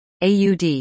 AUD